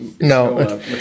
no